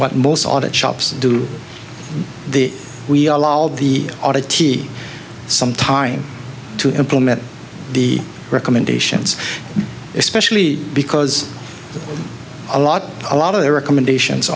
what most audit shops do the wheel all the audit t some time to implement the recommendations especially because a lot a lot of their recommendations